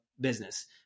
business